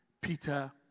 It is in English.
Peter